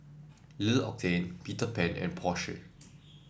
L'Occitane Peter Pan and Porsche